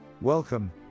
Welcome